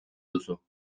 duzu